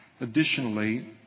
Additionally